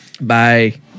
Bye